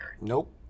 Nope